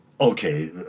okay